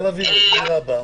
תודה רבה,